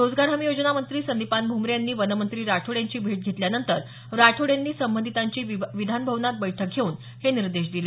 रोजगार हमी योजना मंत्री संदिपान भुमरे यांनी वन मंत्री राठोड यांची भेट घेतल्यानंतर राठोड यांनी संबंधितांची विधान भवनात बैठक घेऊन हे निर्देश दिले